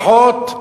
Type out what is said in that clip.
משפחות?